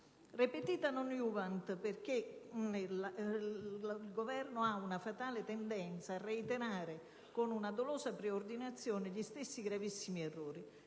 *Repetita non iuvant*, perché il Governo ha una fatale tendenza a reiterare, con una dolosa preordinazione, gli stessi, gravissimi errori: